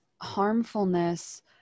harmfulness